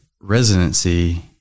residency